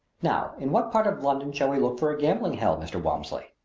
now in what part of london shall we look for a gambling hell, mr. walmsley?